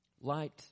Light